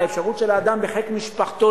לאפשרות של האדם להיות בחיק משפחתו,